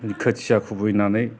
खोथिया खुबैनानै